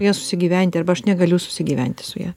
su ja susigyventi arba aš negaliu susigyventi su ja